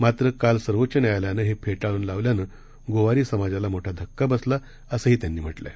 मात्र काल सर्वोच न्यायाल्यानं हे फेटाळून लावल्यानं गोवारी समजला मोठा धक्का बसला आहे असंही त्यांनी म्हटलं आहे